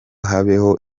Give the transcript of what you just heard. habeho